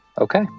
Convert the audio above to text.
Okay